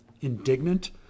indignant